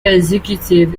executive